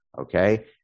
Okay